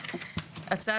(1)בכותרת השוליים,